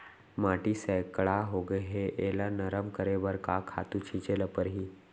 माटी सैकड़ा होगे है एला नरम करे बर का खातू छिंचे ल परहि?